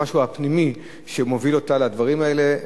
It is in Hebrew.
המשהו הפנימי שמוביל אותה לדברים האלה.